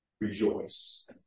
Rejoice